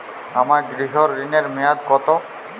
আমার গৃহ ঋণের মেয়াদ কত?